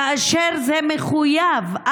כאשר זה מחויב,